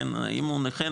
אם הוא נכה,